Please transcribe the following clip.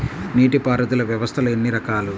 నీటిపారుదల వ్యవస్థలు ఎన్ని రకాలు?